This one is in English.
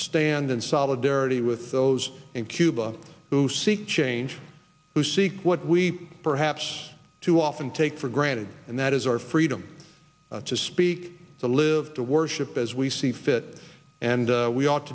stand in solidarity with those in cuba who seek change who seek what we perhaps too often take for granted and that is our freedom to speak to live to worship as we see fit and we ought